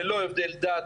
ללא הבדל דת,